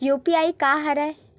UPI का हरय?